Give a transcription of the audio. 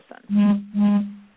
person